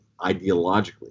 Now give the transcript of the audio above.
ideologically